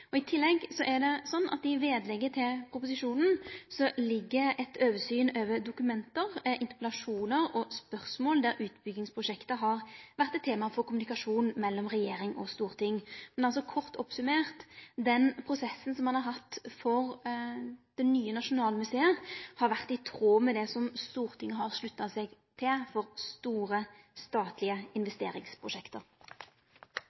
I vedlegget til proposisjonen ligg det eit oversyn over dokument, interpellasjonar og spørsmål der utbyggingsprosjektet har vore tema for kommunikasjon mellom regjering og storting. Kort oppsummert: Den prosessen som ein har hatt for det nye Nasjonalmuseet, har vore i tråd med det Stortinget har slutta seg til for store, statlege